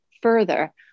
further